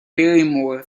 barrymore